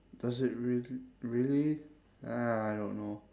does it real~ really ah I don't know